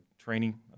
training